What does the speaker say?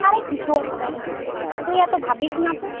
আরে কিছু হবে না তুই এতো ভাবিস না তো